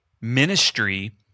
ministry